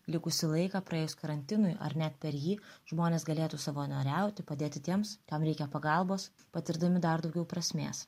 likusį laiką praėjus karantinui ar net per jį žmonės galėtų savanoriauti padėti tiems kam reikia pagalbos patirdami dar daugiau prasmės